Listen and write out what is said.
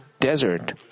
desert